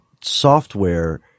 software